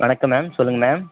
வணக்கம் மேம் சொல்லுங்கள் மேம்